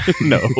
No